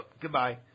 goodbye